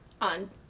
on